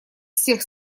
всех